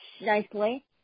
nicely